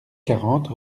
quarante